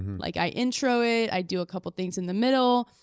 like i intro it, i do a couple things in the middle,